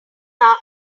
are